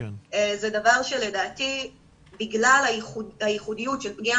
זה דבר שלדעתי בגלל הייחודיות של פגיעה